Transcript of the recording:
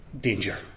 danger